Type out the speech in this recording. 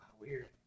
Weird